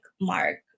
Mark